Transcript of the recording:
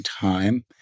time